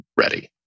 ready